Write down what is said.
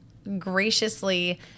graciously